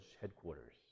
headquarters